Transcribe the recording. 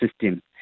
system